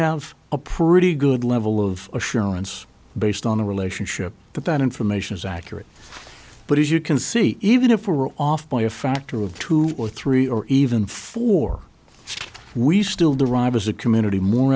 have a pretty good level of assurance based on a relationship that that information is accurate but as you can see even if we're off by a factor of two or three or even four we still derive as a community more